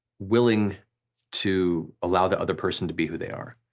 willing to allow the other person to be who they are.